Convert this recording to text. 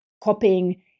copying